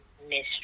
mystery